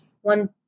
one